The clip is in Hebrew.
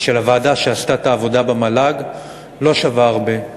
של הוועדה שעשתה את העבודה במל"ג לא שווה הרבה.